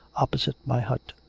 opposite my hut.